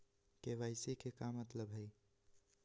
KYC के का मतलब हई?